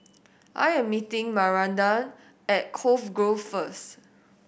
I am meeting Maranda at Cove Grove first